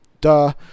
duh